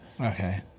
Okay